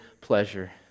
pleasure